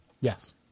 Yes